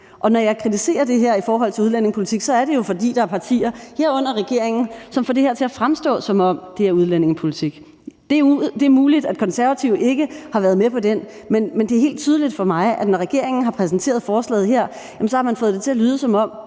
Når jeg kritiserer det her i forhold til udlændingepolitik, er det jo, fordi der er partier, herunder regeringen, som får det her til at fremstå, som om det er udlændingepolitik. Det er muligt, at Konservative ikke har været med på den, men det er helt tydeligt for mig, at når regeringen har præsenteret forslaget her, har man fået det til at lyde, som om